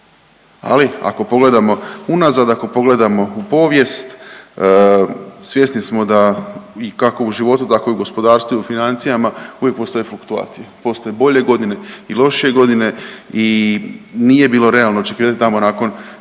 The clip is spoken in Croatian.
Ali ako pogledamo unazad, ako pogledamo u povijest svjesni smo da i kako u životu, tako i u gospodarstvu, u financijama uvijek postoje fluktuacije, postoje bolje godine i lošije godine i nije bilo realno očekivati tamo nakon